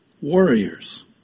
warriors